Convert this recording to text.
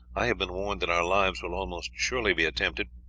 i have been warned that our lives will almost surely be attempted,